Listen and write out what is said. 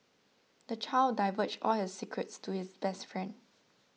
the child divulged all his secrets to his best friend